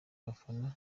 abafana